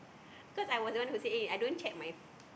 cause I was the one who say eh I don't check my